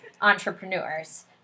entrepreneurs